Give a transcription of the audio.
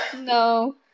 No